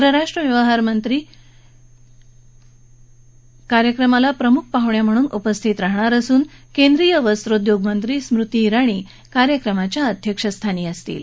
परराष्ट्र व्यवहार मंत्री कार्यक्रमाला प्रमुख पाहुणे म्हणून उपस्थित राहणार असून केंद्रीय वस्लोद्योग मंत्री स्मृती जिणी कार्यक्रमाच्या अध्यक्षस्थानी असतील